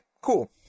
cool